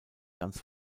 ganz